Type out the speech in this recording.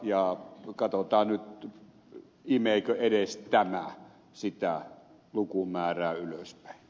katsotaan nyt imeekö edes tämä sitä lukumäärää ylöspäin